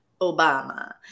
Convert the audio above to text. obama